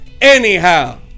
anyhow